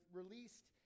released